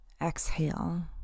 exhale